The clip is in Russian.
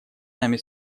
нами